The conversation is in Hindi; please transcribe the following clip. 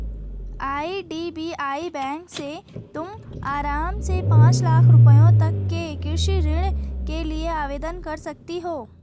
आई.डी.बी.आई बैंक से तुम आराम से पाँच लाख रुपयों तक के कृषि ऋण के लिए आवेदन कर सकती हो